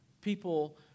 people